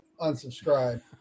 unsubscribe